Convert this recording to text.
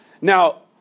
Now